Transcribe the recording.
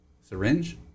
syringe